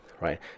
right